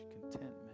contentment